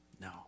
No